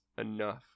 enough